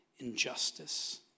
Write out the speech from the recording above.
injustice